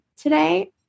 today